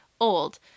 old